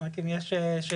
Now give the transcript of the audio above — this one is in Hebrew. רק אם יש שאלות.